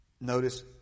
notice